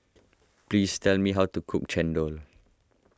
please tell me how to cook Chendol